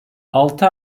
altı